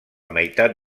meitat